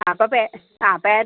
അപ്പോൾ പേ ആ പേ